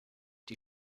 die